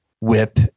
whip